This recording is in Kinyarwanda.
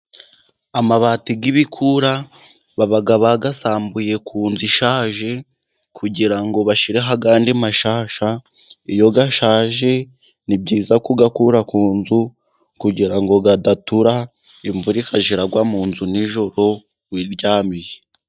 Amabati y'ibikura baba bayasambuye ku nzu ishaje, kugira ngo bashyireho andi mashyashya. Iyo ashaje ni byiza kuyakura ku nzu, kugira ngo adatura, imvura ikajya iragwa mu nzu nijoro wiryamiye.